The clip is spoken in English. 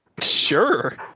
Sure